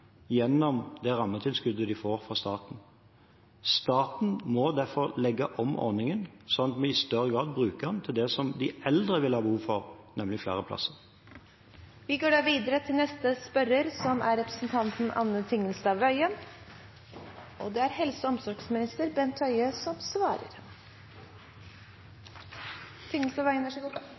gjennom rammetilskuddet de får fra staten. Staten må derfor legge om ordningen, slik at vi i større grad bruker den til det de eldre vil ha behov for, nemlig flere plasser. «Landets eneste offentlige lungesykehus, Granheim i Gausdal, er av Sykehuset Innlandet foreslått overført til Gjøvik sykehus. Spesialistene, øvrige ansatte, kommunen og